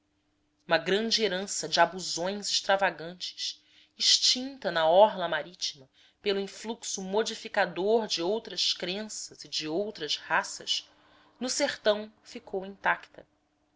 uma grande herança de abusões extravagantes extinta da orla marítima pelo influxo modificador de outras crenças e de outras raças no sertão ficou intacta